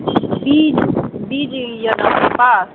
बीज बीज यऽ अहाँकेँ पास